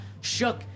shook